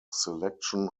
selection